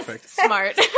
Smart